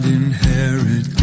inherit